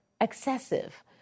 excessive